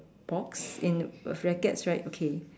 box in f~ rackets right okay